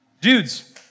dudes